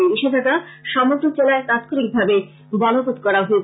এই নিষেধাঞ্জা সমগ্র জেলায় তাৎক্ষনিকভাবে বলবৎ করা হয়েছে